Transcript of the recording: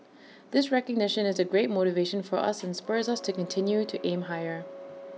this recognition is great motivation for us and spurs us to continue to aim higher